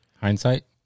hindsight